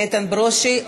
איתן ברושי,